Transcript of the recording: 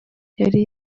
yari